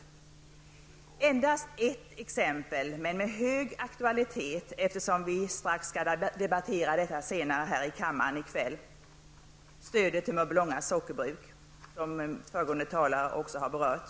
Jag skall nämna endast ett exempel -- men det har hög aktualitet, eftersom vi skall debattera detta senare i kväll -- nämligen stödet till Mörbylånga sockerbruk, som också föregående talare berörde.